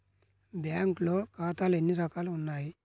బ్యాంక్లో ఖాతాలు ఎన్ని రకాలు ఉన్నావి?